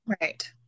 right